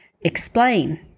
explain